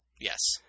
Yes